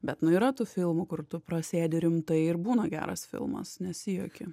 bet nu yra tų filmų kur tu prasėdi rimtai ir būna geras filmas nesijuoki